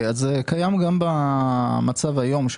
זה קיים גם במצב היום.